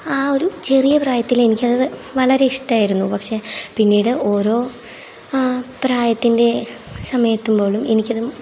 ആ ഒരു ചെറിയ പ്രായത്തിലെനിക്കത് വളരെ ഇഷ്ടമായിരുന്നു പക്ഷേ പിന്നീട് ഓരോ പ്രായത്തിൻ്റെ സമയമെത്തുബോളും എനിക്കത്